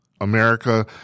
America